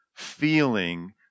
feeling